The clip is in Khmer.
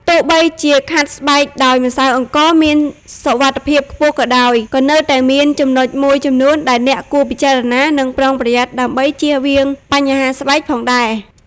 ទោះបីជាការខាត់ស្បែកដោយម្សៅអង្ករមានសុវត្ថិភាពខ្ពស់ក៏ដោយ ក៏នៅតែមានចំណុចមួយចំនួនដែលអ្នកគួរពិចារណា និងប្រុងប្រយ័ត្នដើម្បីជៀសវាងបញ្ហាស្បែកផងដែរ។